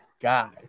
guy